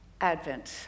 Advent